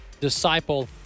disciple